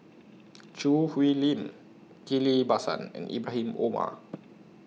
Choo Hwee Lim Ghillie BaSan and Ibrahim Omar